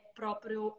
proprio